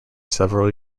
several